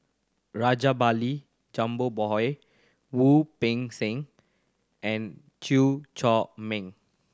Rajabali Jumabhoy Wu Peng Seng and Chew Chor Meng